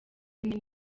rimwe